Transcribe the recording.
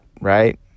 right